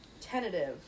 tentative